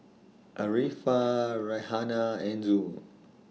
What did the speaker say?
Arifa Raihana and Zul